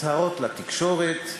הצהרות לתקשורת,